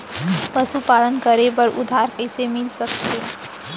पशुपालन करे बर उधार कइसे मिलिस सकथे?